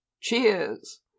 cheers